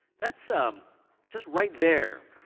that's um just right there.